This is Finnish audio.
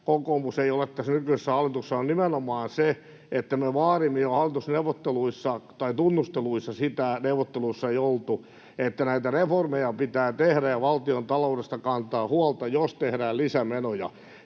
kokoomus ei ole tässä nykyisessä hallituksessa, on nimenomaan se, että me vaadimme jo hallitusneuvotteluissa — tai ‑tunnusteluissa, neuvotteluissa ei oltu — sitä, että näitä reformeja pitää tehdä ja valtiontaloudesta kantaa huolta, jos tehdään lisämenoja.